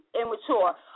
immature